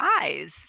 eyes